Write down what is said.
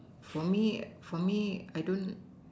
for me for me I don't